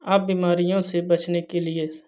आप बीमारियों से बचने के लिए